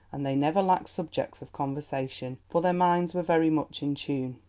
and they never lacked subjects of conversation, for their minds were very much in tune.